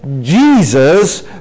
Jesus